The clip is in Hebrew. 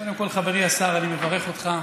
קודם כול, חברי השר, אני מברך אותך,